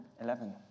Eleven